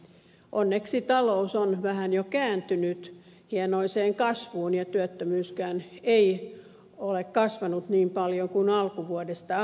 onneksi talous on vähän jo kääntynyt hienoiseen kasvuun ja työttömyyskään ei ole kasvanut niin paljon kuin alkuvuodesta aavisteltiin